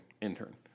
intern